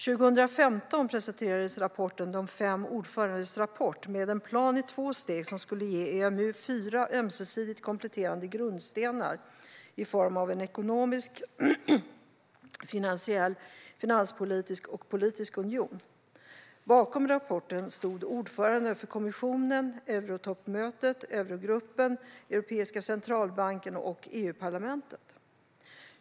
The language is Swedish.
År 2015 presenterades de fem ordförandenas rapport med en plan i två steg som skulle ge EMU fyra ömsesidigt kompletterande grundstenar i form av en ekonomisk union, en finansiell union, en finanspolitisk union och en politisk union. Bakom rapporten stod ordförandena för kommissionen, eurotoppmötet, Eurogruppen, Europeiska centralbanken och EUparlamentet.